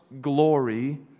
glory